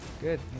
Good